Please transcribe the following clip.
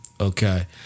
Okay